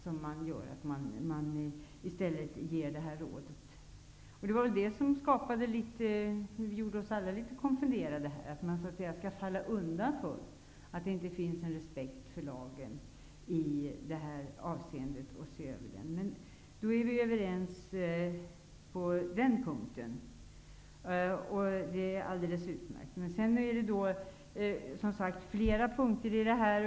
Det gör att man i stället ger detta råd. Detta gjorde oss alla litet konfunderade, dvs. att man skulle falla undan för att det inte finns respekt för lagen i detta avseende. Men då är vi överens på den punkten, och det är alldeles utmärkt. Det finns fler punkter.